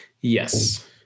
Yes